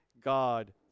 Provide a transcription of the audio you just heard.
God